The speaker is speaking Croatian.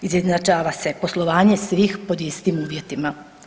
Izjednačava se poslovanje svih pod istim uvjetima.